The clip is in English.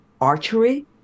archery